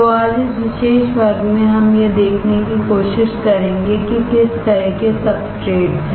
तो आज इस विशेष वर्ग में हम यह देखने की कोशिश करेंगे कि किस तरह के सबस्ट्रेट्स हैं